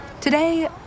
Today